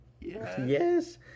Yes